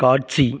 காட்சி